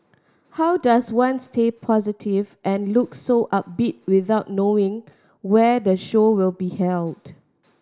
how does one stay positive and look so upbeat without knowing where the show will be held